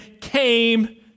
came